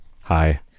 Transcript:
hi